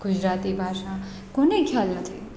ગુજરાતી ભાષા કોને ખ્યાલ નથી